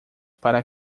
para